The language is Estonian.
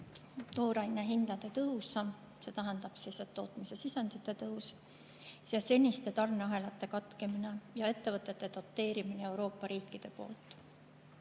tooraine hindade tõus, see tähendab tootmissisendite [kallinemine], seniste tarneahelate katkemine ja ettevõtete doteerimine Euroopa riikide poolt.